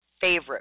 favorite